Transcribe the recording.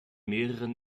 mehreren